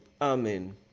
Amen